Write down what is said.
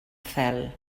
fel